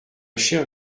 chère